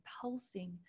pulsing